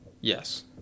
Yes